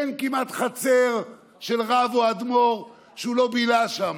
אין כמעט חצר של רב או אדמו"ר שהוא לא בילה שמה,